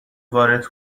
وارد